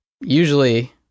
usually